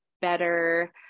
better